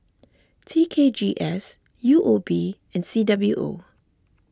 T K G S U O B and C W O